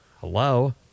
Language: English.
Hello